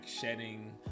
shedding